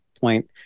Point